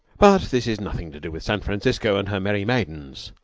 but this is nothing to do with san francisco and her merry maidens,